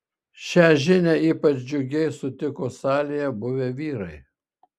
šią žinią ypač džiugiai sutiko salėje buvę vyrai